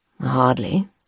Hardly